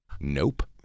Nope